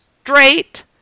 straight